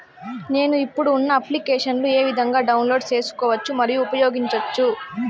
నేను, ఇప్పుడు ఉన్న అప్లికేషన్లు ఏ విధంగా డౌన్లోడ్ సేసుకోవచ్చు మరియు ఉపయోగించొచ్చు?